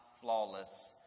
flawless